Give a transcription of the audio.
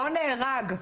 לא נהרג,